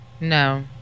No